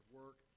work